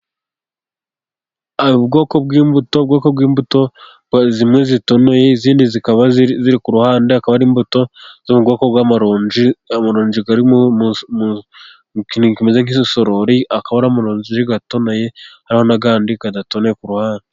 Ubwoko bw'imbuto, ubwoko bw'imbuto zimwe zitonoye izindi zikaba ziri ku ruhande, akaba ari imbuto zo mu bwoko bw'amaronji, amaronji ari mu kintu kimeze nk'igisorori ,akaba ari amaronji atonoye hari n'ayandi adatonoye ku ruhande